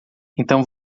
então